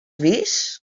vist